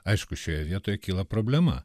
aišku šioje vietoje kyla problema